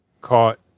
caught